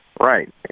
Right